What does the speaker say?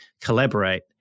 collaborate